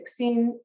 2016